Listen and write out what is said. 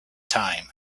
time